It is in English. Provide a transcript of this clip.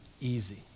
easy